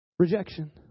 Rejection